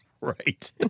right